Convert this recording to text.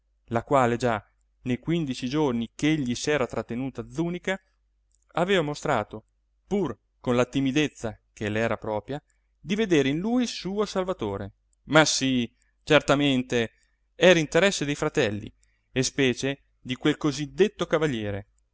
la quale già nei quindici giorni ch'egli s'era trattenuto a zùnica aveva mostrato pur con la timidezza che le era propria di vedere in lui il suo salvatore ma sì certamente era interesse dei fratelli e specie di quel così detto cavaliere